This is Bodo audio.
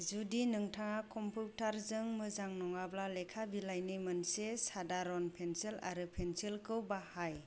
जुदि नोंथाङा कम्पिउटारजों मोजां नङाब्ला लेखा बिलाइनि मोनसे सादारन पेड आरो पेन्सिलखौ बाहाय